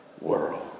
world